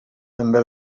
també